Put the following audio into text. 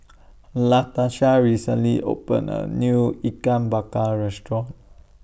Latarsha recently opened A New Ikan Bakar Restaurant